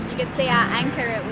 can see our anchor,